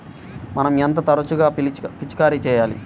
మనం ఎంత తరచుగా పిచికారీ చేయాలి?